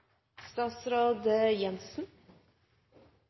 statsråd Siv Jensen